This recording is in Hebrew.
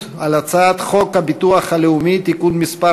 על הצעת חוק הביטוח הלאומי (תיקון מס'